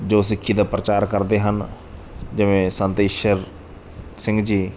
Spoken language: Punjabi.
ਜੋ ਸਿੱਖੀ ਦਾ ਪ੍ਰਚਾਰ ਕਰਦੇ ਹਨ ਜਿਵੇਂ ਸੰਤ ਈਸ਼ਰ ਸਿੰਘ ਜੀ